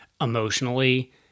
emotionally